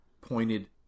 pointed